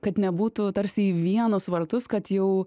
kad nebūtų tarsi į vienus vartus kad jau